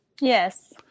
Yes